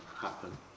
happen